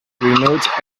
remote